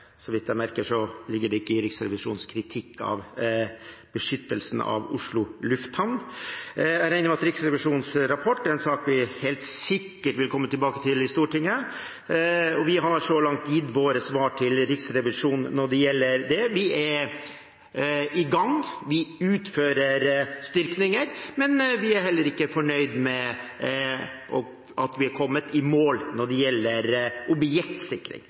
Så vidt jeg har merket meg, ligger ikke dette i Riksrevisjonens kritikk av beskyttelsen av Oslo lufthavn. Jeg regner med at Riksrevisjonens rapport er en sak vi helt sikkert vil komme tilbake til i Stortinget, og vi har så langt gitt våre svar til Riksrevisjonen når det gjelder det. Vi er i gang, vi utfører styrkinger, men vi er heller ikke fornøyd med at vi ikke har kommet i mål når det gjelder objektsikring.